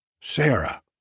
Sarah